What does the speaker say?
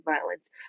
violence